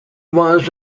was